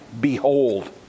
behold